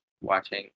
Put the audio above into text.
watching